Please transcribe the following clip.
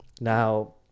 Now